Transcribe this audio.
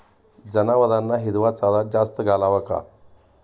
जनावरांना हिरवा चारा जास्त घालावा का?